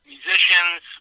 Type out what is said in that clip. musicians